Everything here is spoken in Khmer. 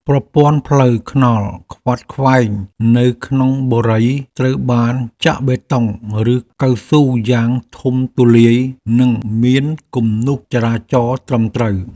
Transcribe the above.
ប្រព័ន្ធផ្លូវថ្នល់ខ្វាត់ខ្វែងនៅក្នុងបុរីត្រូវបានចាក់បេតុងឬកៅស៊ូយ៉ាងធំទូលាយនិងមានគំនូសចរាចរណ៍ត្រឹមត្រូវ។